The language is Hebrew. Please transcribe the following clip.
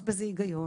יש בזה היגיון.